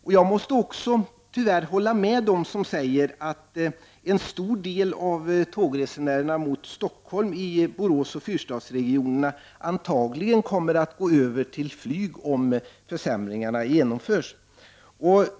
Tyvärr måste jag hålla med dem som säger att en stor del av tågresenärerna mot Stockholm i Boråsoch fyrstadsregionerna antagligen kommer att gå över till flyg, om försämringarna av järnvägstrafiken genomförs.